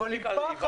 אבל עם פחד.